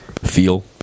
feel